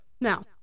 now